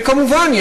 כמובן,